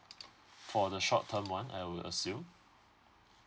for the short term one I would assume